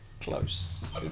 Close